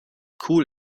cool